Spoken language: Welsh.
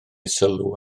sylw